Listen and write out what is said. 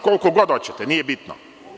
Koliko god hoćete nije bitno.